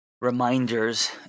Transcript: reminders